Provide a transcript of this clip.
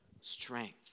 strength